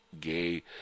gay